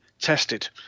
tested